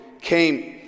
came